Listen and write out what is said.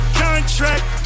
contract